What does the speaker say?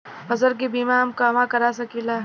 फसल के बिमा हम कहवा करा सकीला?